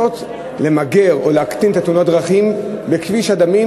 בניסיון למגר או להקטין את תאונות הדרכים בכבישי דמים,